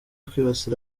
kwibasira